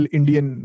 Indian